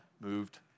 moved